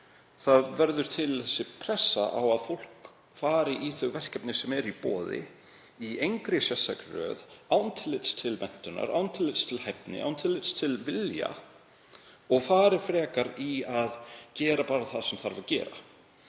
Þá verður til pressa á að fólk fari í þau verkefni sem eru í boði, í engri sérstakri röð, án tillits til menntunar, án tillits til hæfni, án tillits til vilja, og fari frekar í að gera bara það sem þarf að gera.